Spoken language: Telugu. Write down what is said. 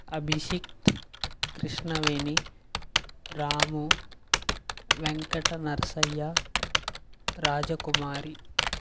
అభిషిక్త్ కృష్ణవేణి రాము వెంకట నరసయ్య రాజకుమారి